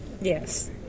Yes